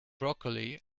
broccoli